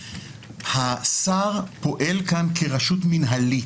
השר פועל כאן כרשות מינהלית.